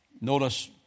notice